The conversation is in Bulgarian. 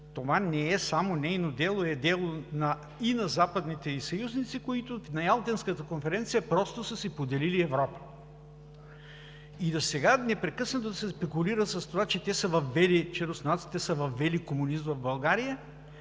това не е само нейно дело, а е дело и на западните ѝ съюзници, които на Ялтенската конференция просто са си поделили Европа, сега непрекъснато да се спекулира с това, че руснаците са въвели комунизма в България,